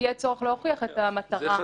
יהיה צורך להוכיח את המטרה.